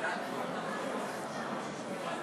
סנדוויצ'ים.